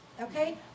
okay